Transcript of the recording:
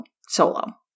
solo